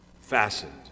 fastened